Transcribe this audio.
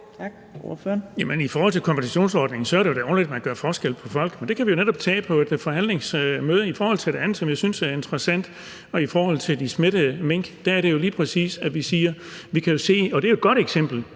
i forhold til kompensationsordningen er det da underligt, at man gør forskel på folk. Men det kan vi jo netop tage på et forhandlingsmøde. I forhold til det andet, som jeg synes er interessant, og i forhold til de smittede mink er det jo lige præcis, at vi siger: Vi kan jo se – og det er et godt eksempel